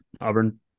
Auburn